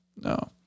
no